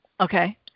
Okay